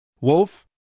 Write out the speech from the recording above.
Wolf